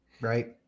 right